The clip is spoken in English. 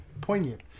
Poignant